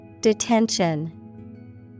Detention